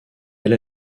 elle